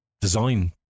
Design